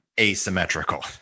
asymmetrical